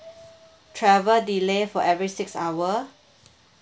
travel delay for every six hour